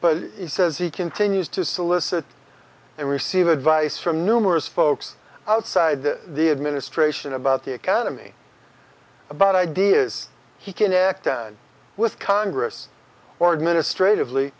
but he says he continues to solicit and receive advice from numerous folks outside the administration about the economy about ideas he can act with congress or administrative